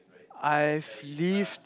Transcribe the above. I've lived